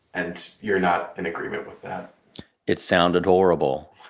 and you're not in agreement with that it sounded horrible.